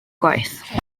gwaith